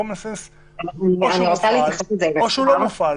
והקומון סנס הזה, או שהוא מופעל או שהוא לא מופעל,